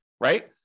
right